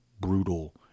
brutal